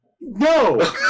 No